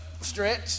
stretch